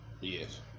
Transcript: yes